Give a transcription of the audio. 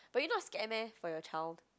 but you not scared meh for your child